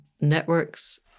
networks